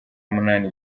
munani